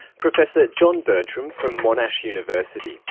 professor john bertram from monash university